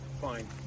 Fine